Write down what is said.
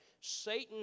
Satan